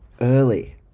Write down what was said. early